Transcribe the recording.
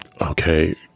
okay